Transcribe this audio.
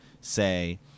say